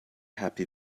happy